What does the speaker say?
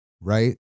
right